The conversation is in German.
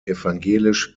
evangelisch